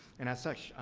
and, as such,